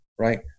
right